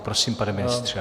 Prosím, pane ministře.